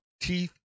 teeth